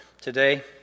today